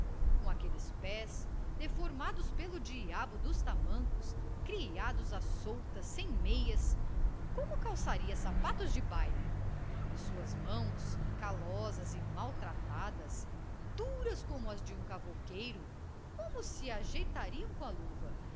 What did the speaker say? com aqueles pés deformados pelo diabo dos tamancos criados à solta sem meias como calçaria sapatos de baile e suas mãos calosas e maltratadas duras como as de um cavouqueiro como se ajeitariam com a luva